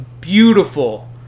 beautiful